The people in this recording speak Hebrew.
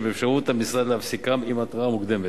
ושבאפשרות המשרד להפסיקם עם התרעה מוקדמת.